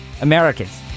Americans